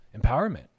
empowerment